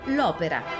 L'Opera